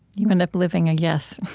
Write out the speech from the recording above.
you end up living a yes.